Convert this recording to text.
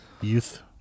youth